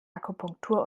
akupunktur